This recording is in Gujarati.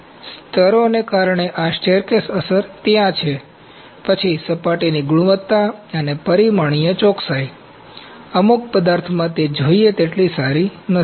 તેથી સ્તરોને કારણે આ સ્ટેરકેસ અસર ત્યાં છે પછી સપાટીની ગુણવત્તા અને પરિમાણીય ચોકસાઈ અમુક પદાર્થમાં જોઈએ તેટલી સારી નથી